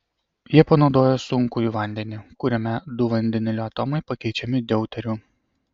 jie panaudojo sunkųjį vandenį kuriame du vandenilio atomai pakeičiami deuteriu